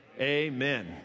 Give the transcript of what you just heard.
Amen